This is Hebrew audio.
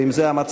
ואם זה המצב,